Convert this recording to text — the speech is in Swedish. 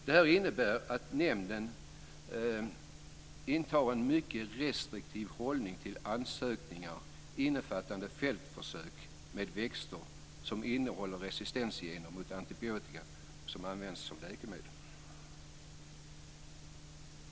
Det inenbär att nämnden intar en mycket restriktiv hållning till ansökningar innefattande fältförsök med växter som innehåller resistensgener mot antibiotika som används som läkemedel.